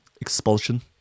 Expulsion